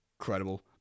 incredible